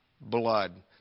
blood